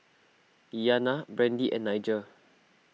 Iyanna Brandee and Nigel